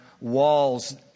walls